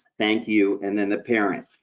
thank you, and then the parent.